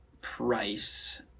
price